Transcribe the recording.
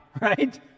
right